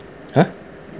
!huh!